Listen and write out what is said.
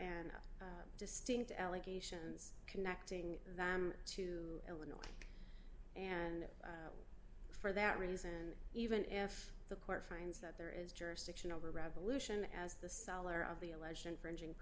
and distinct allegations connecting them to him and for that reason even if the court finds that there is jurisdiction over revolution as the seller of the alleged infringing